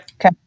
Okay